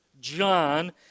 John